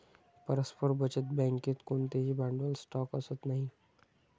परस्पर बचत बँकेत कोणतेही भांडवल स्टॉक असत नाही